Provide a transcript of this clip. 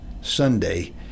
Sunday